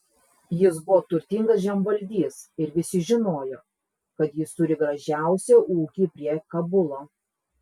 jis buvo turtingas žemvaldys ir visi žinojo kad jis turi gražiausią ūkį prie kabulo